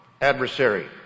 adversary